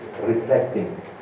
reflecting